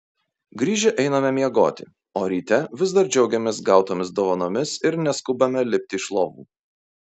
grįžę einame miegoti o ryte vis dar džiaugiamės gautomis dovanomis ir neskubame lipti iš lovų